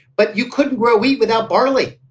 but you couldn't grow wheat without barley.